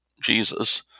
Jesus